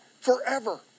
forever